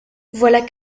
voilà